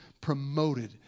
promoted